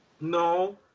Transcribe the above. No